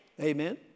Amen